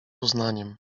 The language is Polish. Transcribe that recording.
uznaniem